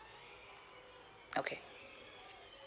okay